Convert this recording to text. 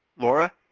laura?